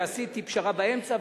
ועשיתי פשרה באמצע,